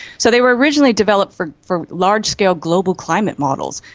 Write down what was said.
so they were originally developed for for large-scale global climate models,